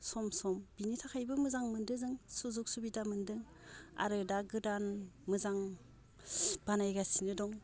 सम सम बिनि थाखायबो मोजां मोन्दो जों सुजुग सुबिदा मोन्दों आरो दा गोदान मोजां बानायगासिनो दं